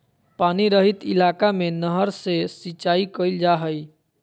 पानी रहित इलाका में नहर से सिंचाई कईल जा हइ